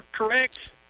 correct